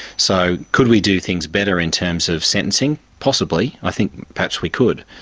so could we do things better in terms of sentencing? possibly, i think perhaps we could.